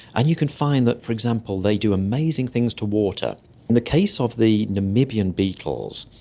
and you can find that for example they do amazing things to water. in the case of the namibian beetles,